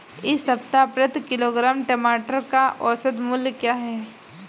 इस सप्ताह प्रति किलोग्राम टमाटर का औसत मूल्य क्या है?